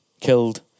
killed